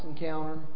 encounter